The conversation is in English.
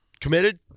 committed